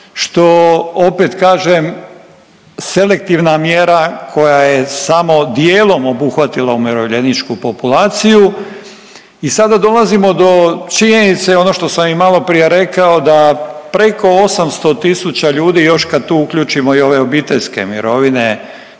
što opet kažem selektivna mjera koja je samo dijelom obuhvatila umirovljeničku populaciju i sada dolazimo do činjenice, ono što sam i maloprije rekao da preko 800 tisuća ljudi i još kad tu uključimo i ove obiteljske mirovine